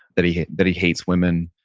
that he that he hates women,